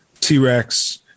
T-Rex